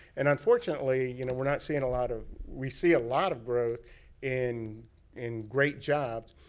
and, unfortunately, you know we're not seeing a lot of. we see a lot of growth in in great jobs.